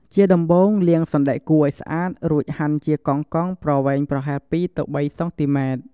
ជាដំបូង លាងសណ្ដែកគួរឱ្យស្អាត រួចហាន់ជាកង់ៗប្រវែងប្រហែល ២ ទៅ ៣ សង់ទីម៉ែត្រ។